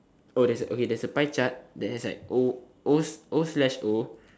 oh there's a okay there's a pie chart there's like O O O slash O